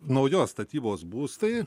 naujos statybos būstai